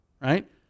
Right